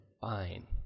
fine